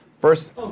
first